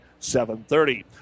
7.30